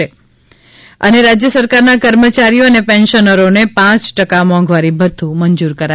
ત રાજ્ય સરકારના કર્મચારીઓ અને પેન્શનરોને પાંચ ટકા મોંઘવારી ભથ્થુ મંજુર કરાયું